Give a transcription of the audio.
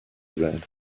read